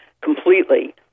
completely